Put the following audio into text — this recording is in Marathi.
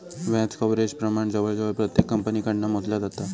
व्याज कव्हरेज प्रमाण जवळजवळ प्रत्येक कंपनीकडना मोजला जाता